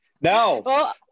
No